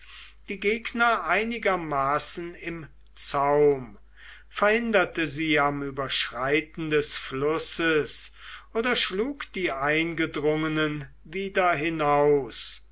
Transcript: die gegner einigermaßen im zaum verhinderte sie am überschreiten des flusses oder schlug die eingedrungenen wieder hinaus